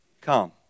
come